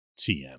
TM